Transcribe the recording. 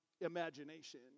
imagination